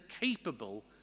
capable